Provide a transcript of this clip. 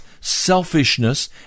selfishness